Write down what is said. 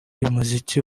y’umuziki